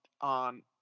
on